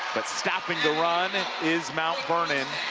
but stopping the run is mount vernon